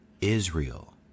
Israel